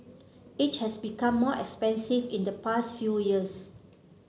it has become more expensive in the past few years